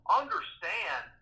understand